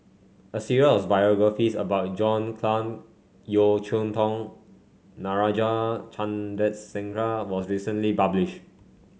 a series of biographies about John Clang Yeo Cheow Tong Natarajan Chandrasekaran was recently published